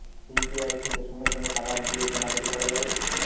UPI থেকে সঙ্গে সঙ্গে টাকা দিয়ে কেনা কাটি করা যাবে